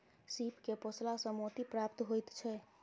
सीप के पोसला सॅ मोती प्राप्त होइत छै